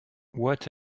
what